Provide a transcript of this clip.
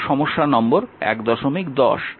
এরপর সমস্যা নম্বর 110